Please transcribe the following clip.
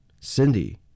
Cindy